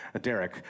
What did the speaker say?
Derek